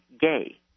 gay